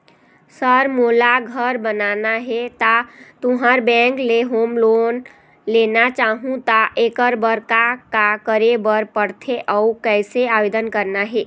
Sir मोला घर बनाना हे ता तुंहर बैंक ले होम लोन लेना चाहूँ ता एकर बर का का करे बर पड़थे अउ कइसे आवेदन करना हे?